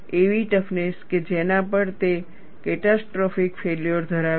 એવી ટફનેસ કે જેના પર તે કેટાસ્ટ્રોફીક ફેલ્યોર ધરાવે છે